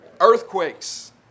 Earthquakes